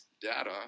data